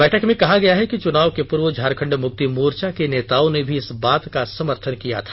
बैठक में कहा गया कि चुनाव के पूर्व झारखण्ड मुक्ति मोर्चा के नेताओं ने भी इस बात का समर्थन किया था